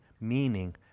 meaning